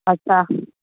अच्छा